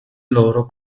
loro